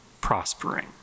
prospering